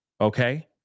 Okay